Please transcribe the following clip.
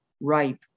ripe